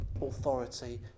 Authority